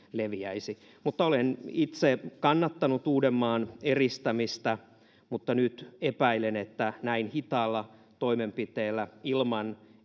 leviäisi olen itse kannattanut uudenmaan eristämistä mutta nyt epäilen että näin hitaalla toimenpiteellä ilman